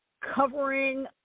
covering